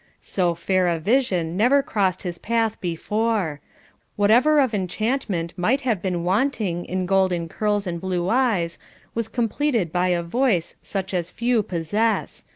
so fair a vision never crossed his path before whatever of enchantment might have been wanting in golden curls and blue eyes was completed by a voice such as few possess,